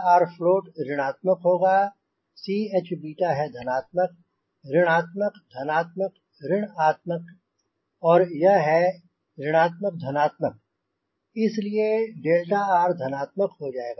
𝛿rfloat ऋणात्मक होगा Ch है धनात्मक ऋण आत्मक धनात्मक ऋण आत्मक और यह ऋण आत्मक धनात्मक इसलिए 𝛿r धनात्मक हो जाएगा